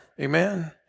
Amen